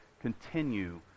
continue